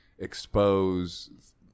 expose